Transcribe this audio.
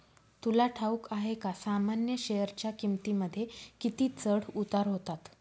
तुला ठाऊक आहे का सामान्य शेअरच्या किमतींमध्ये किती चढ उतार होतात